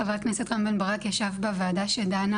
חבר הכנסת רם בן ברק ישב בוועדה שדנה